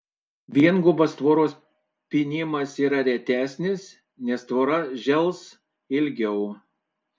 viengubas tvoros pynimas yra retesnis nes tvora žels ilgiau